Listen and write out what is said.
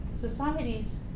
societies